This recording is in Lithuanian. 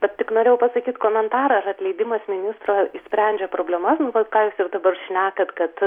bet tik norėjau pasakyt komentarą ar atleidimas ministro išsprendžia problemas nu vat ką jūs ir dabar šnekat kad